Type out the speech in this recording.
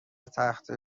تخته